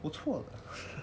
不错了